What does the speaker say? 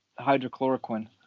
hydrochloroquine